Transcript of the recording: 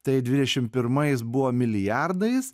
tai dvidešim pirmais buvo milijardais